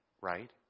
right